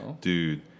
Dude